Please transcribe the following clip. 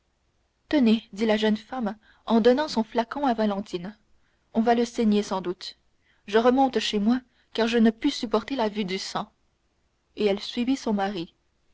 tenez dit la jeune femme en donnant son flacon à valentine on va le saigner sans doute je remonte chez moi car je ne puis supporter la vue du sang et elle suivit son mari